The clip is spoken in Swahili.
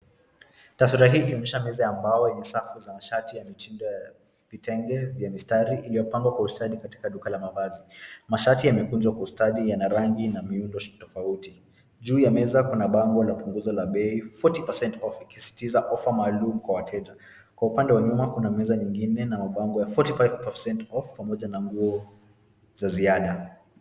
Taswira hii inaonyesha meza ya mbao yenye safu za shati ya mitindo ya vitenge vya mistari iliyopangwa kwa ustadhi katika duka la mavazi. Mashati yamekunjwa kwa ustadhi yana rangi na miundo tofauti tofauti. Juu ya meza kuna bango la upunguzo la bei 40% off ukisitiza kuwa ofa maalum kwa wateja. Kwa upande wa nyuma kuna meza nyingine na mabango ya 45% off pamoja na nguo za ziada.